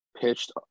pitched